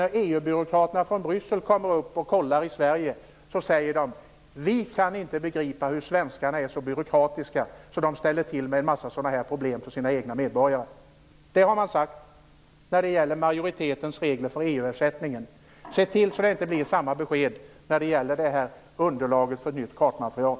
När EU-byråkraterna från Bryssel kommer till Sverige och kollar är det risk att de säger: Vi kan inte begripa att svenskarna är så byråkratiska att de ställer till med sådana här problem för sina egna medborgare. Det har man nämligen sagt när det gäller majoritetens regler för EU-ersättningen. Se till att det inte blir samma besked när det gäller det här underlaget för nytt kartmaterial!